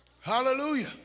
Hallelujah